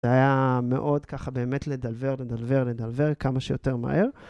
זה היה מאוד ככה באמת לדלבר, לדלבר, לדלבר כמה שיותר מהר.